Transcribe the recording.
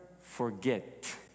forget